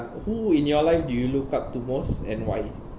who in your life do you look up to most and why